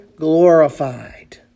Glorified